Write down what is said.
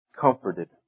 comforted